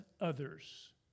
others